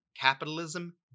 Capitalism